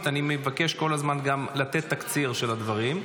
אני מבקש כל הזמן לתת תקציר של הדברים.